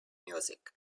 music